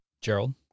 Gerald